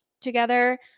together –